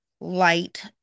light